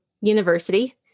university